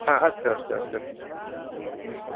हा अस्तु अस्तु अस्तु